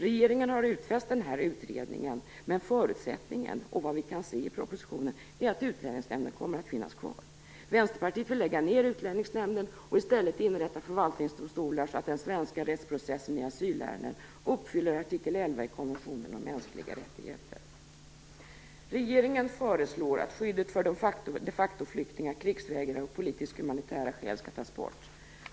Regeringen har utfäst tillsättandet av en utredning om rättsprocessen i asylärenden, men förutsättningen är att Utlänningsnämnden kommer att finnas kvar. Vänsterpartiet vill lägga ned Utlänningsnämnden och i stället inrätta förvaltningsdomstolar så att den svenska rättsprocessen i asylärenden uppfyller artikel 11 i konventionen om mänskliga rättigheter. Regeringen föreslår att skyddet för de factoflyktingar, krigsvägrare och att politiska och humanitära skäl skall tas bort.